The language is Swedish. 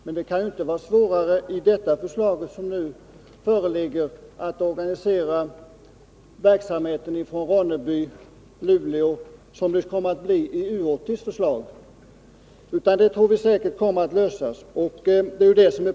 Men det kan inte vara svårare att organisera verksamheten i Ronneby och Luleå med det förslag som nu föreligger än med U 80:s förslag. Den här frågan tror vi säkert kommer att lösas.